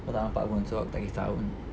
kau tak nampak pun sebab aku tak kesah pun